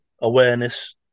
awareness